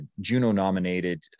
Juno-nominated